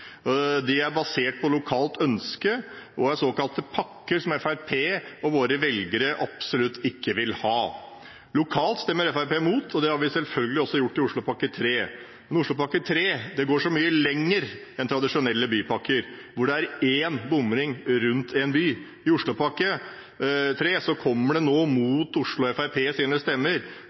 De er basert på lokalt ønske og er såkalte pakker som Fremskrittspartiet og våre velgere absolutt ikke vil ha. Lokalt stemmer Fremskrittspartiet imot, og det har vi selvfølgelig også gjort i Oslopakke 3. Men Oslopakke 3 går så mye lenger enn tradisjonelle bypakker med én bomring rundt en by. I Oslopakke 3 kommer det nå, mot stemmene fra Fremskrittspartiet i Oslo,